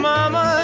Mama